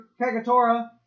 Kagatora